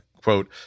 Quote